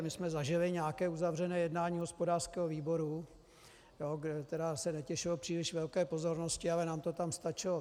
My jsme zažili nějaké uzavřené jednání hospodářského výboru, které se netěšilo příliš velké pozornosti, ale nám to tam stačilo.